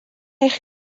eich